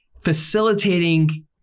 facilitating